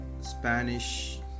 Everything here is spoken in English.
Spanish